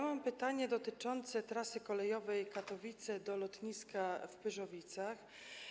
Mam pytanie dotyczące trasy kolejowej Katowice - lotnisko w Pyrzowicach.